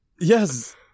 Yes